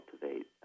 cultivate